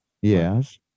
yes